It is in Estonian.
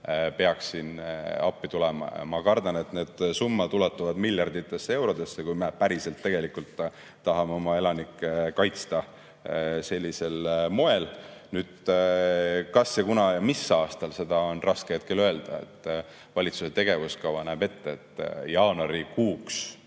peaks siin appi tulema, ja ma kardan, et need summad ulatuvad miljarditesse eurodesse, kui me päriselt tahame oma elanikke kaitsta sellisel moel. Kunas, mis aastal, seda on raske hetkel öelda. Valitsuse tegevuskava näeb ette, et jaanuarikuuks